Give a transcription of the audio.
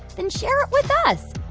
then share it with us.